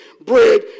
Bread